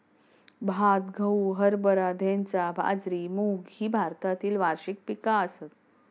भात, गहू, हरभरा, धैंचा, बाजरी, मूग ही भारतातली वार्षिक पिका आसत